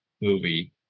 movie